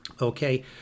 Okay